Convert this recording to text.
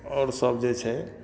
आओर सब जे छै